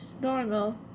normal